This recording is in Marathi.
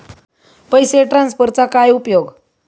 पैसे ट्रान्सफरचा काय उपयोग?